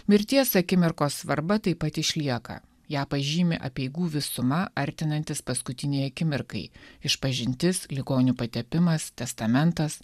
mirties akimirkos svarba taip pat išlieka ją pažymi apeigų visuma artinantis paskutinei akimirkai išpažintis ligonių patepimas testamentas